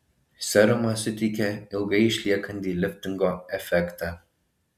serumas suteikia ilgai išliekantį liftingo efektą